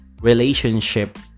relationship